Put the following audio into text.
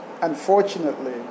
unfortunately